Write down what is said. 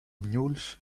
mules